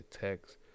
text